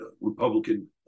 Republican